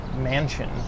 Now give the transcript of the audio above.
mansion